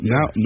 Now